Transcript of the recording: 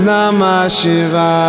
Namashiva